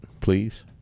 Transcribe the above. please